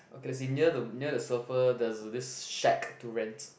okay as in near the near the surfer there's this shack to rent